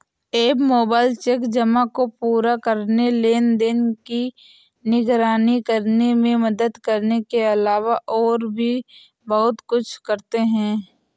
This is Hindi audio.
एप मोबाइल चेक जमा को पूरा करने, लेनदेन की निगरानी करने में मदद करने के अलावा और भी बहुत कुछ करते हैं